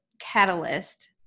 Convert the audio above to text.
catalyst